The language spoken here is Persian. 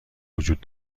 وجود